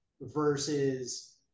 versus